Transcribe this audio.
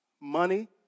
Money